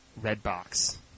Redbox